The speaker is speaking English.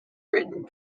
ridden